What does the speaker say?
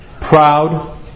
Proud